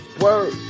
word